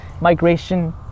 Migration